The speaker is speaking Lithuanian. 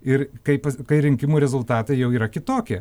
ir kai pas kai rinkimų rezultatai jau yra kitokie